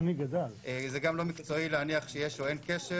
זה לא מקצועי להניח שיש או אין קשר.